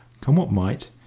come what might,